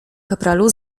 kapralu